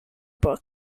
book